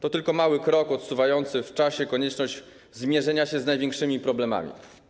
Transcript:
To tylko mały krok odsuwający w czasie konieczność zmierzenia się z największymi problemami.